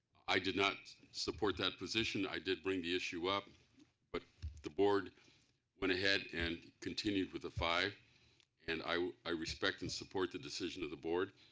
i did not support that position. i did bring the issue up but the board went ahead and continued with the five and i i respect and support the decision of the board,